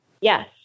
yes